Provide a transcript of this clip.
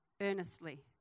earnestly